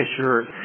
sure